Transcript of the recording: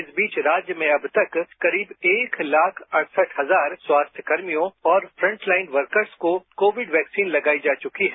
इस बीच राज्य में अब तक करीब एक लाख अड़सठ हजार स्वास्थ्यकर्मियों और फ्रंटलाइन वर्कर्स को कोविड वैक्सीन लगाई जा चुकी है